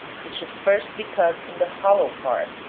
it should first be cut in the hollow part,